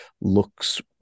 looks